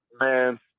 man